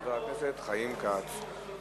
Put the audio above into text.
חבר הכנסת חיים כץ.